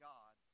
God